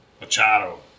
Machado